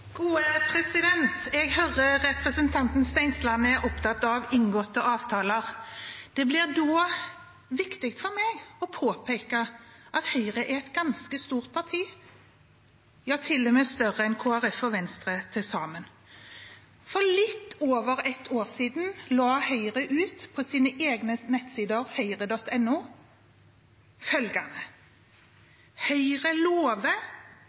et ganske stort parti – ja, til og med større enn Kristelig Folkeparti og Venstre til sammen. For litt over ett år siden la Høyre ut på sine egne nettsider, hoyre.no, følgende: Høyre lover